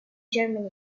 germany